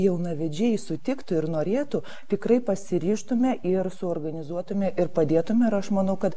jaunavedžiai sutiktų ir norėtų tikrai pasiryžtume ir suorganizuotume ir padėtume ir aš manau kad